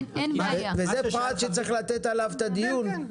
זה פרט שצריך לתת עליו את הדעת.